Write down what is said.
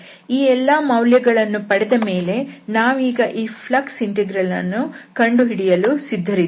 ಈ ಎಲ್ಲಾ ಮೌಲ್ಯಗಳನ್ನು ಪಡೆದ ಮೇಲೆ ನಾವೀಗ ಈ ಫ್ಲಕ್ಸ್ ಇಂಟೆಗ್ರಲ್ ಅನ್ನು ಕಂಡುಹಿಡಿಯಲು ಸಿದ್ದರಿದ್ದೇವೆ